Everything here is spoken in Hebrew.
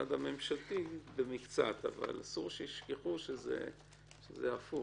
הצד הממשלתי במקצת, אבל אסור שישכחו שזה הפוך.